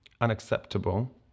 unacceptable